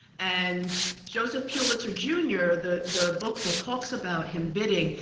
and joseph pulitzer junior, the the book that talks about him bidding,